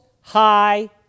high